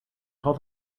call